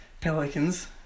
Pelicans